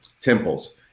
temples